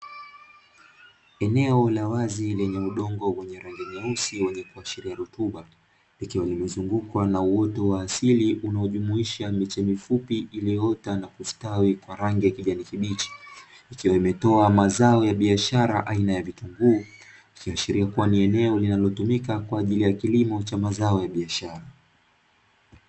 Eneo la wazi lenye udongo wenye rangi nyeusi wenye kuashiria rutuba. Likiwa limezungukwa na uoto wa asili, linalojumuisha miche mifupi iliyoota na kustawi kwa rangi ya kijani kibichi. Ikiwa imetoa mazao ya biashara aina ya vitunguu, ikiashiria kuwa ni eneo linalotumika kwa ajili ya kilimo cha mazao ya biashara.